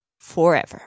forever